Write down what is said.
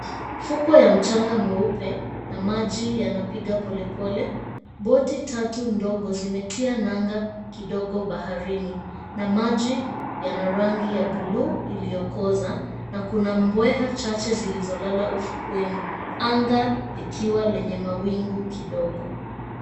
Fukwe ya mchanga mweupe na maji inapiga polepole boti tatu ndogo zimetia nanga baharini, na maji inarangi ya buluu iliyokoza na mbeha chache zilizolala ufukweni anga likiwa lenye mawingu ndogo.